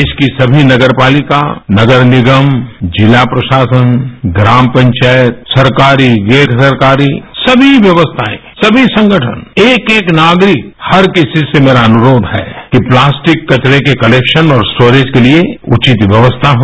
देश की सभी नगरपालिका नगरनिगम जिला प्रशासन ग्राम पंचायत सरकारी गैरसरकारी सभी व्यवस्थाएँ सभी संगठन एक एक नागरिक हर किसी से मेरा अनुरोध है कि प्लास्टिक कचरे के क्लेकशन और स्टोरेज के लिए उचित व्यवस्था हो